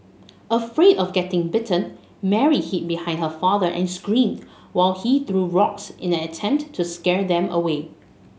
afraid of getting bitten Mary hid behind her father and screamed while he threw rocks in an attempt to scare them away